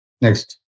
Next